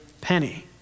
penny